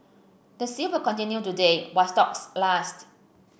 the sale will continue today while stocks last